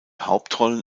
hauptrollen